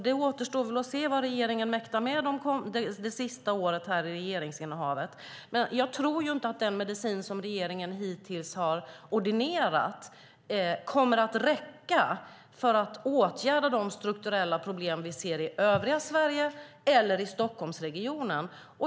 Det återstår att se vad regeringen mäktar med det sista året av regeringsinnehavet, men jag tror inte att den medicin som regeringen hittills har ordinerat kommer att räcka för att åtgärda de strukturella problem som vi ser i övriga Sverige eller i Stockholmsregionen.